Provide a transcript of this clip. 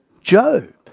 Job